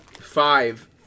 five